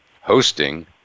hosting